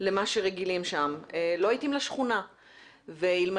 למה שרגילים שם, לא התאים לשכונה.